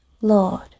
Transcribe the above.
Lord